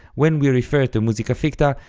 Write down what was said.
when we refer to musica ficta,